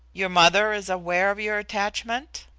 your mother is aware of your attachment?